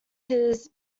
his